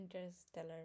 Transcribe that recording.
interstellar